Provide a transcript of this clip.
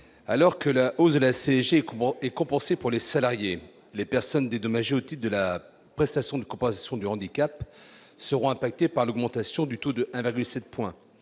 alors que la hausse de la CGE et compensée pour les salariés, les personnes dédommager au type de la prestation de compensation du handicap seront impactés par l'augmentation du taux de un